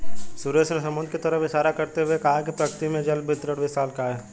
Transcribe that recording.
सुरेश ने समुद्र की तरफ इशारा करते हुए कहा प्रकृति में जल वितरण विशालकाय है